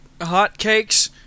hotcakes